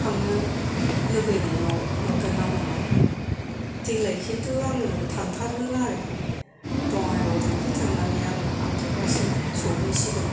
थांनो लुबैनायाव मोनगोनना मोना देग्लाय खिन्थु आङो थांथारगोन आरो बङागाइगाव थांसे थांनानै आं आमटेकासिम सौहैसिगोन